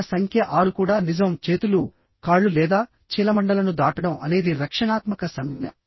ప్రశ్న సంఖ్య ఆరు కూడా నిజంచేతులు కాళ్ళు లేదా చీలమండలను దాటడం అనేది రక్షణాత్మక సంజ్ఞ